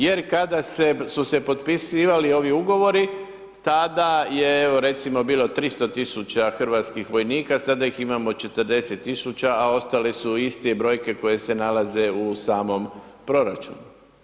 Jer kada su se potpisivali ovi ugovori tada je evo, recimo bilo 300 tisuća hrvatskih vojnika, sada ih imamo 40 tisuća, a ostali su iste brojke koje se nalaze u samom proračunu.